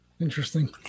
Interesting